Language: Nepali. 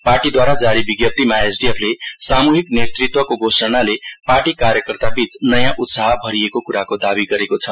पार्टीद्वारा जारी विज्ञप्तिमा एसडीएफ ले सामूहिक नेतृत्वको घोषणाले पार्टी कार्यकर्ताबीच नयाँ उत्साह भरिएको कुराको दावी गरेको छ